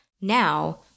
Now